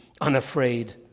unafraid